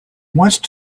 once